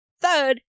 Third